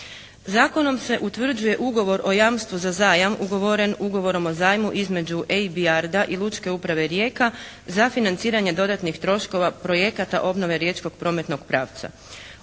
Zakonom se utvrđuje Ugovor o jamstvu za zajam ugovoren Ugovorom o zajmu između ABR-da i Lučke uprave Rijeka za financiranje dodatnih troškova projekata obnove riječkog prometnog pravca.